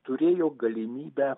turėjo galimybę